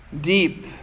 deep